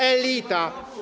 Elita.